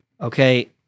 okay